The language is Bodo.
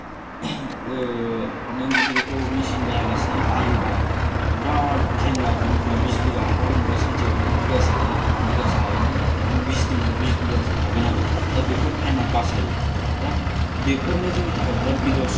ओ नों जुदि बेखौ मेसिन बाया लासेनो हायोब्ला बिराद थाइम लागोन नोंना बिस बिघा हाखौ हानोबा सानसेयाव जुदि बिगासे हायोबा नों बिस दिनाव बिस बिघा हागोन आरो दा बेफोर थाइमा बासायो दा बेफोरनो जोंनि थाखाय बिराद गिदिर समायसा